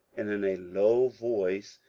and in a low voice,